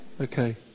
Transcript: Okay